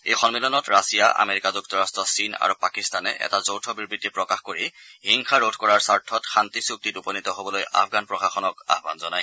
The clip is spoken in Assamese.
এই সম্মিলনত ৰাছিয়া আমেৰিকা যুক্তৰট্ট চীন আৰু পাকিস্তানে এটা যৌথ বিবৃতি প্ৰকাশ কৰি হিংসা ৰোধ কৰাৰ স্বাৰ্থত শান্তি চুক্তিত উপনীত হ'বলৈ আফগান প্ৰশাসনক আহ্বান জনায়